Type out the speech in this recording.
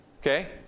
okay